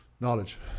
Knowledge